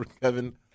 Kevin